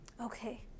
Okay